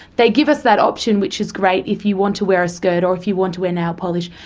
they give us that option, which is great, if you want to wear a skirt or if you want to wear nail polish,